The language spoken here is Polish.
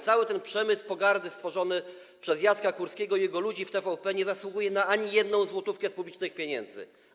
Cały ten przemysł pogardy stworzony przez Jacka Kurskiego i jego ludzi w TVP nie zasługuje na ani jedną złotówkę z publicznych pieniędzy.